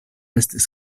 estis